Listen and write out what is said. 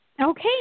Okay